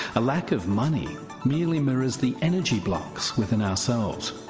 a lack of money merely mirrors the energy blocks within ourselves.